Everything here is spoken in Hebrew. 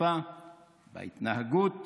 בשפה ובהתנהגות